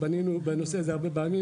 פנינו בנושא הזה הרבה פעמים,